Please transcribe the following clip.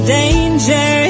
danger